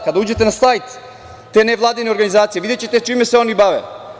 Kada uđete na sajt te nevladine organizacije videćete čime se oni bave.